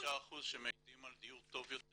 45% שמעידים על דיור טוב יותר,